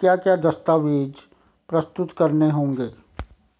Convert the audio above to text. क्या क्या दस्तावेज़ प्रस्तुत करने होंगे?